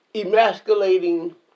emasculating